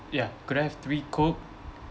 ya could I have three coke